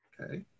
Okay